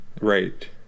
Right